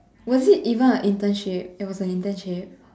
was it even a internship it was an internship